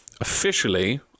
officially